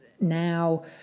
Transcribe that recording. now